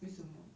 为什么